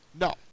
No